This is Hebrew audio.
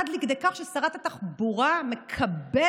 עד כדי כך ששרת התחבורה מקבלת